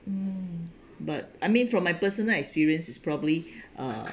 mm but I mean from my personal experience is probably uh